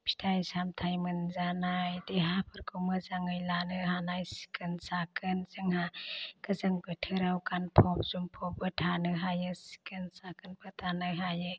फिथाइ सामथाइ मोनजानाय देहाफोरखौ मोजाङै लानो हानाय सिखोन साखोन जोंहा गोजां बोथोराव गानफब जोमफबबो थानो हायो सिखोन साखोनबो थानो हायो